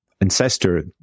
ancestor